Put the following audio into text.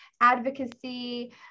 advocacy